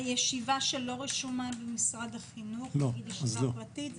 הישיבה שלא רשומה במשרד החינוך היא ישיבה פרטית.